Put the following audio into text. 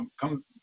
come